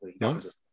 Nice